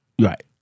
right